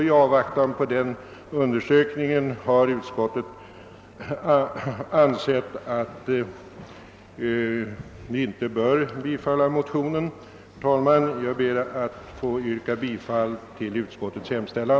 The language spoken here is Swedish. I avvaktan på den undersökningen har utskottet ansett sig inte böra bifalla motionen. Herr talman! Jag ber att få yrka bifall till utskottets hemställan.